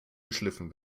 geschliffen